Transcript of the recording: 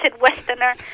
Westerner